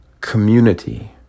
Community